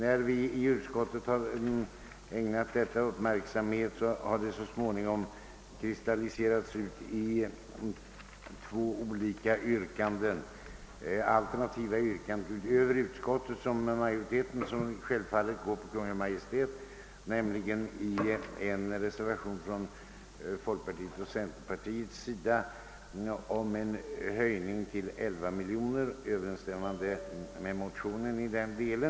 När vi i utskottet har ägnat denna fråga uppmärksamhet har det så småningom utkristalliserats två alternativa yrkanden till utskottsmajoritetens hemställan, som självfallet innebär bifall till Kungl. Maj:ts förslag. I en reservation från folkpartiet och centerpartiet har föreslagits en höjning till 11 miljoner kronor, överensstämmande med ett motionsyrkande i denna del.